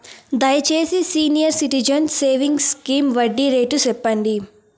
దయచేసి senior citizens savings scheme వడ్డీ rate సెప్పండి